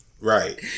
Right